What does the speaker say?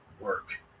work